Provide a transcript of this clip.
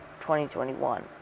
2021